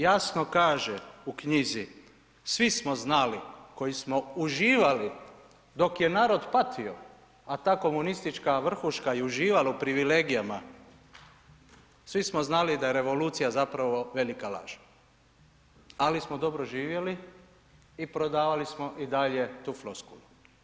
Jasno kaže u knjizi, svi smo znali koji smo uživali dok je narod patio a ta komunistička vrhuška je uživala u privilegijama, svi smo znali da je revolucija zapravo velika laž ali smo dobro živjeli i prodavali smo i dalje tu floskulu.